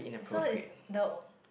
so is the